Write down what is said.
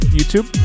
YouTube